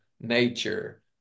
nature